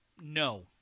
no